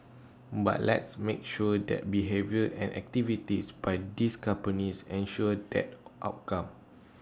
but let's make sure that behaviours and activities by these companies ensure that outcome